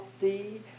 see